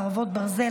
חרבות ברזל),